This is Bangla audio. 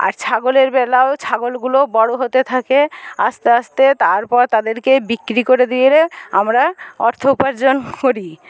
আর ছাগলের বেলাও ছাগলগুলো বড়ো হতে থাকে আস্তে আস্তে তারপর তাদেরকে বিক্রি করে দিয়ে আমরা অর্থ উপার্জন করি